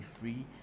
free